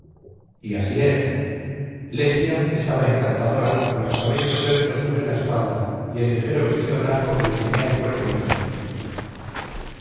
y así era lesbia estaba encantadora con los cabellos sueltos sobre la espalda y el ligero vestido blanco que le ceñía el cuerpo indolente